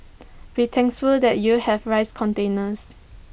be thankful that you have rice containers